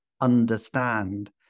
understand